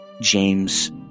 James